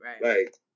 right